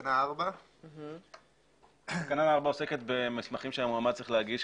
תקנה 4. תקנה 4 עוסקת במסמכים שהמועמד צריך להגיש,